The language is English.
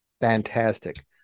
fantastic